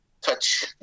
touch